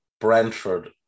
Brentford